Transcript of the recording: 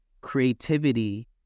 creativity